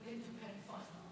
בבקשה,